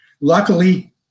luckily